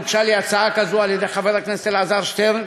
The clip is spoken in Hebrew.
הוגשה לי הצעה כזאת על-ידי חבר הכנסת אלעזר שטרן